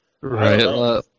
Right